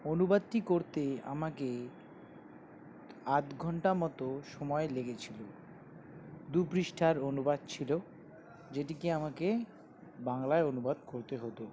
অনুবাদটি করতে আমার আধ ঘণ্টা মতো সময় লেগেছিল দু পৃষ্ঠার অনুবাদ ছিল যেটিকে আমাকে বাংলায় অনুবাদ করতে হতো